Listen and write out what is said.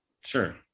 Sure